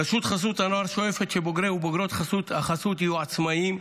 רשות חסות הנוער שואפת שבוגרי ובוגרות החסות יהיו עצמאיים,